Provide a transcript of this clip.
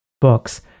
books